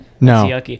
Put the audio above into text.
No